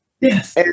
yes